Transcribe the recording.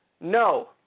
no